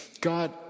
God